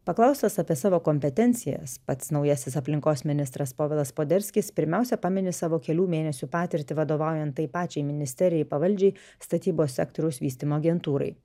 paklaustas apie savo kompetencijas pats naujasis aplinkos ministras povilas poderskis pirmiausia pamini savo kelių mėnesių patirtį vadovaujant tai pačiai ministerijai pavaldžiai statybos sektoriaus vystymo agentūrai